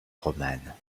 romane